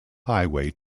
highway